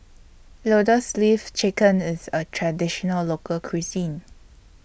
Lotus Leaf Chicken IS A Traditional Local Cuisine